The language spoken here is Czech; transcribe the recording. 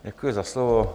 Děkuji za slovo.